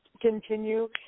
continue